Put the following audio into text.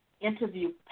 interview